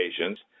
patients